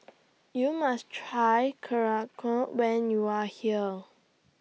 YOU must Try when YOU Are here